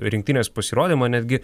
rinktinės pasirodymą netgi